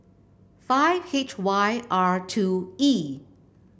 five H Y R two E